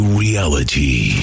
reality